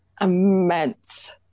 immense